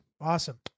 Awesome